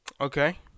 Okay